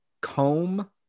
comb